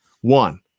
One